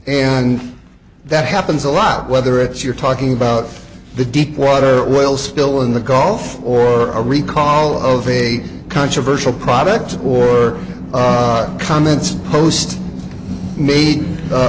and that happens a lot whether it's you're talking about the deepwater oil spill in the golf or a recall of a controversial product or comments post made